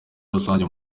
rusange